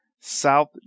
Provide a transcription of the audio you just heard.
South